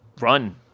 run